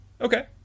Okay